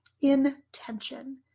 intention